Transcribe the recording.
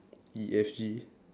E F G